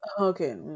Okay